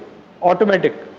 automatic.